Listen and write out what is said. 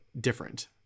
different